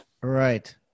Right